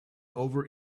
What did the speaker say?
over